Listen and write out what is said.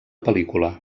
pel·lícula